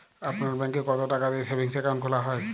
আপনার ব্যাংকে কতো টাকা দিয়ে সেভিংস অ্যাকাউন্ট খোলা হয়?